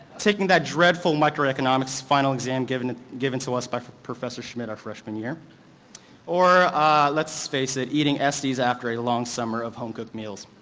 taking that dreadful microeconomics final exam given to so us by professor schmidt our freshman year or let's face it, eating essie's after a long summer of home cooked meals.